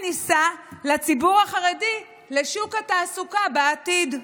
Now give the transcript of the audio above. כניסה לציבור החרדי לשוק התעסוקה בעתיד.